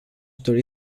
dori